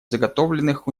заготовленных